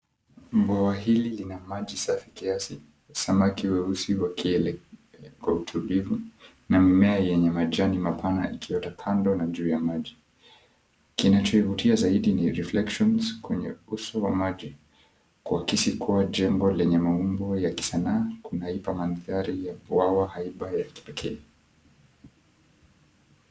Bwawa hili lina maji safi kiasi samaki weusi wakielekea kwa utulivu na mimea yenye majani mapana ikiota kando na juu ya maji. Kinachoivutia zaidi ni reflections kwenye uso wa maji kuakisi kua jengo lenye maumbo ya kisanaa kunaipa mandhari ya bwawa haiba ya kipekee.